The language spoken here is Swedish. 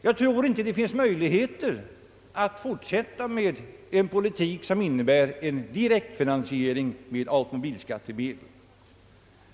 Jag tror inte att det finns möjlighe ter att fortsätta med en politik som innebär en direktfinansiering med automobilskattemedel.